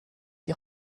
die